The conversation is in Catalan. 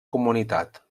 comunitat